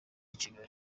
kigali